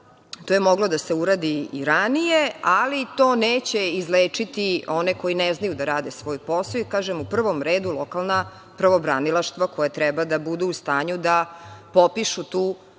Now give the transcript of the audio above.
to je moglo da se uradi i ranije, ali to neće izlečiti one koji ne znaju da rade svoj posao i, kažem, u prvom redu, lokalna pravobranilaštva koja treba da budu u stanju da popišu tu lokalnu